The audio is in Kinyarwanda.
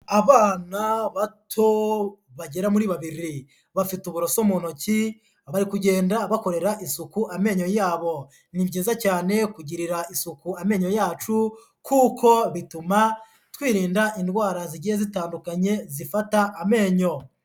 Abana bato bagera muri babiri, bafite uburoso mu ntoki bari kugenda bakorera isuku amenyo yabo, ni byiza cyane kugirira isuku amenyo yacu kuko bituma twirinda indwara zigiye zitandukanye zifata amenyo.